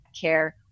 care